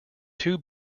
two